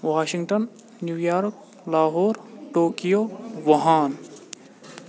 Washington New York Lahore Tokyo Wuhan